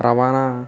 రవాణా